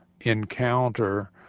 encounter